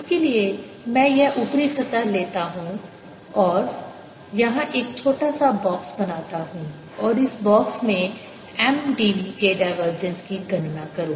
उसके लिए मैं यह ऊपरी सतह लेता हूँ और यहां एक छोटा सा बॉक्स बनाता हूं और इस बॉक्स में M d v के डायवर्जेंस की गणना करूं